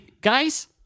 Guys